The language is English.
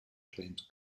claims